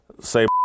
say